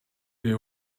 they